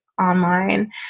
online